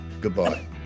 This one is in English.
Goodbye